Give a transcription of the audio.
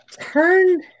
turn